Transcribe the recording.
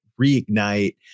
reignite